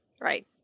Right